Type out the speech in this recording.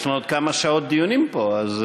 יש לנו עוד כמה שעות דיונים פה, אז,